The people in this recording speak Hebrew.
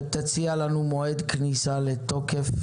ותציע לנו מועד כניסה לתוקף,